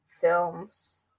films